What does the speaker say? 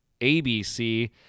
ABC